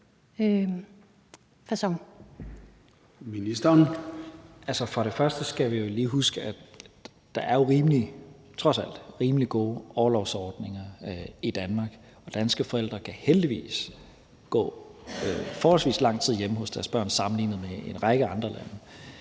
Som det første skal vi jo lige huske, at der trods alt er rimelig gode orlovsordninger i Danmark, og danske forældre kan heldigvis gå i forholdsvis lang tid hjemme hos deres børn sammenlignet med forholdene i en række andre lande